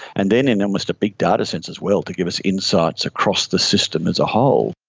and then in almost a big data sense as well, to give us insights across the system as a whole.